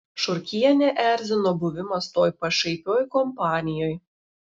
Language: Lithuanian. šurkienę erzino buvimas toj pašaipioj kompanijoj